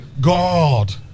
God